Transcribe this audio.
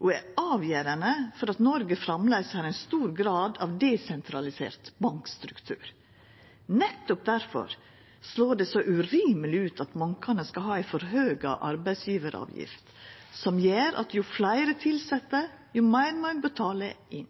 og er avgjerande for at Noreg framleis har ein stor grad av desentralisert bankstruktur. Nettopp difor slår det så urimelig ut at bankane skal ha forhøgd arbeidsgjevaravgift, som gjer at jo fleire tilsette, jo meir må ein betala inn.